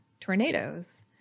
tornadoes